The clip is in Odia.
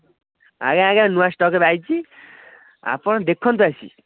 ଆଜ୍ଞା ଆଜ୍ଞା ନୂଆ ଷ୍ଟକ୍ରେ ଆସିଛି ଆପଣ ଦେଖନ୍ତୁ ଆସିକି